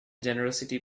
generosity